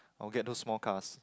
or get those small cars